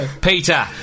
Peter